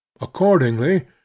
accordingly